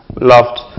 loved